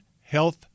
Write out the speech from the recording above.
health